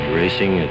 racing